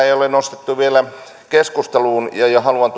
ei ole nostettu vielä keskusteluun mutta jonka haluan